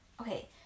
okay